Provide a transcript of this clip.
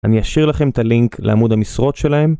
אני אשאיר לכם את הלינק לעמוד המשרות שלהם.